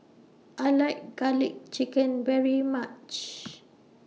I like Garlic Chicken very much